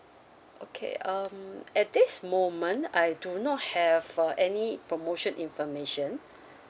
okay um at this moment I do not have for any promotion information